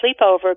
sleepover